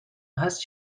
هست